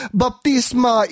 baptisma